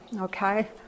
Okay